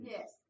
Yes